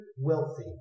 wealthy